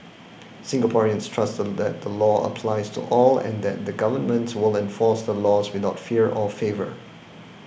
Singaporeans trust that the law applies to all and that the government will enforce the laws without fear or favour